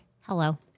Hello